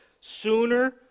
Sooner